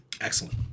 excellent